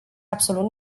absolut